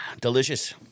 Delicious